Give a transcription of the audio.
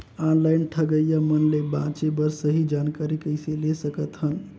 Online ठगईया मन ले बांचें बर सही जानकारी कइसे ले सकत हन?